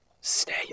Stay